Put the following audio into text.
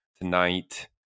tonight